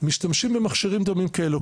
משתמשים במכשירים דומים כאלו,